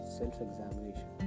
self-examination